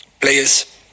players